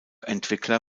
entwickler